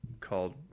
called